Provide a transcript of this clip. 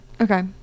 Okay